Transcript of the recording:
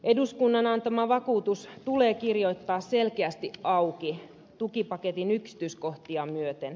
eduskunnan antama vakuutus tulee kirjoittaa selkeästi auki tukipaketin yksityiskohtia myöten